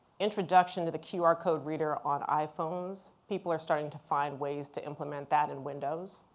introduction to the qr code reader on iphones, people are starting to find ways to implement that in windows,